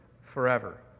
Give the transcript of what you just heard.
forever